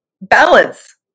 balance